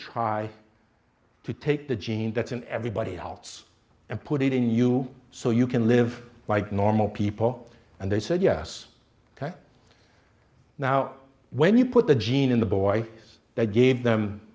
try to take the gene that's in everybody else and put it in you so you can live like normal people and they said yes ok now when you put the gene in the boy they gave them